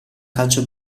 calcio